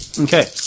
Okay